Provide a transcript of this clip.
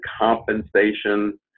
compensation